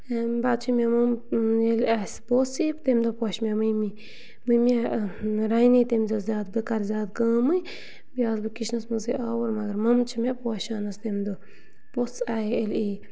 اَمہِ پَتہٕ چھُ مےٚ ووٚن ییٚلہِ اَسہِ پوٚژھ یی تَمہِ دۄہ پوشہِ مےٚ مٔمی مٔمی رَنے تَمہِ دۄہ زیادٕ بہٕ کَرٕ زیادٕ کٲمٕے بیٚیہِ آسہٕ بہٕ کِچنَس مَنٛزٕے آوُر مگر مۅمہٕ چھِ مےٚ پوشانَس تَمہِ دۄہ پوٚژھ آے ییٚلہِ یی